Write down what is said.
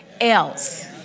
else